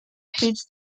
hits